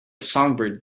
songbird